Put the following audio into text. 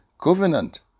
covenant